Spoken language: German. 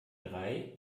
drei